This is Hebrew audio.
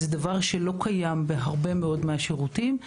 זה דבר שלא קיים בהרבה מאוד מהשירותים.